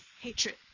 hatred